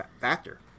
factor